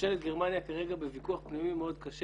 ממשלת גרמניה כרגע בויכוח פנימי מאוד קשה